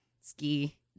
ski